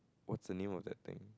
what's the name of that thing